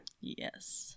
yes